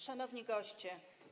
Szanowni Goście!